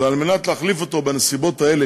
ועל מנת להחליף אותו בנסיבות האלה,